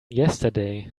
yesterday